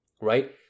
right